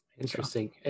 Interesting